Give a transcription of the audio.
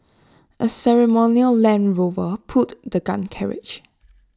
A ceremonial land Rover pulled the gun carriage